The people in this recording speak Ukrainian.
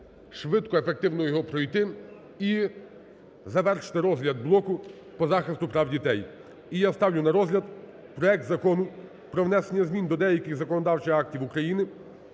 швидко, ефективно його пройти і завершити розгляд блоку по захисту прав дітей. І я ставлю на розгляд проект Закону про внесення змін до деяких законодавчих актів України